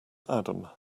adam